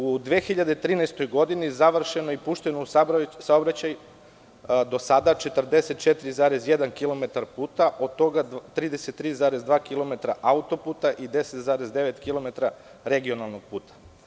U 2013. godini završeno je i pušteno u saobraćaj do sada 44,1 kilometar puta, od toga 33,2 kilometra autoputa i 10,9 kilometra regionalnog puta.